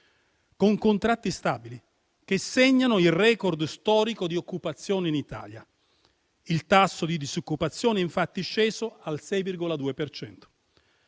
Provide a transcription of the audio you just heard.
con contratti stabili, che segnano il *record* storico di occupazione in Italia. Il tasso di disoccupazione è infatti sceso al 6,2